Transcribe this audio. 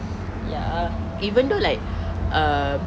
ya even though like uh